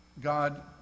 God